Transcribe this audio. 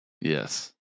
Yes